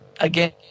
again